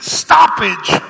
stoppage